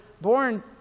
born